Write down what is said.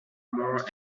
more